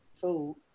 food